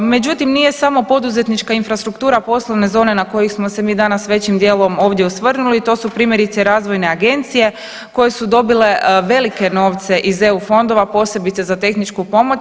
Međutim, nije samo poduzetnička infrastruktura poslovne zone na koje smo se mi danas većim dijelom ovdje osvrnuli, to su primjerice razvojne agencije koje su dobile velike novce iz eu fondova, posebice za tehničku pomoć.